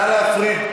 נא להפריד.